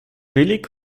billig